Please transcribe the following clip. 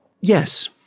Yes